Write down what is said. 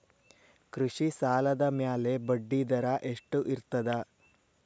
ಕೃಷಿ ಸಾಲದ ಮ್ಯಾಲೆ ಬಡ್ಡಿದರಾ ಎಷ್ಟ ಇರ್ತದ?